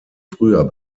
früher